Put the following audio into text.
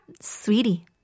Sweetie